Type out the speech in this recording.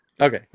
Okay